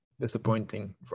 disappointing